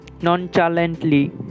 nonchalantly